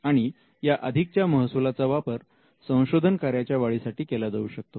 आणि या अधिकच्या महसुलाचा वापर संशोधन कार्याच्या वाढीसाठी केला जाऊ शकतो